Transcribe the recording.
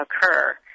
occur